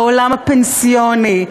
בעולם הפנסיוני,